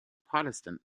protestant